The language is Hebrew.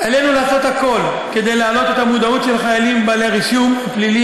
עלינו לעשות הכול כדי להעלות את המודעות של החיילים בעלי הרישום הפלילי